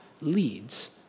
leads